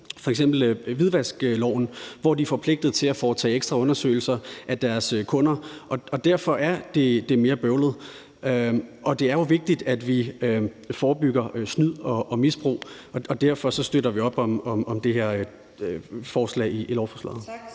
f.eks. hvidvaskloven, hvorde er forpligtet til at foretage ekstra undersøgelser af deres kunder. Derfor er det mere bøvlet. Det er jo vigtigt, at vi forebygger snyd og misbrug, og derfor støtter vi op om det her forslag i lovforslaget.